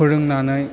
फोरोंनानै